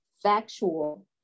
factual